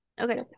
Okay